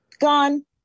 gone